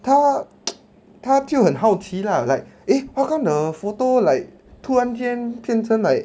他 他就很好奇 lah like eh how come the photo like 突然间变成 like